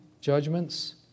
judgments